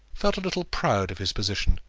felt a little proud of his position,